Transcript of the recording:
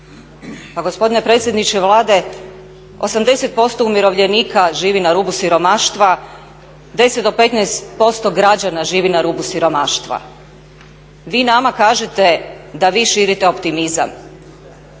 Pa gospodine predsjedniče Vlade 80% umirovljenika živi na rubu siromaštva, 10 do 15% građana živi na rubu siromaštva. Vi nama kažete da vi širite optimizam.